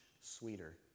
sweeter